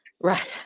Right